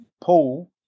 Paul